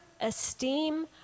esteem